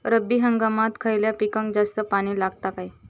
रब्बी हंगामात खयल्या पिकाक जास्त पाणी लागता काय?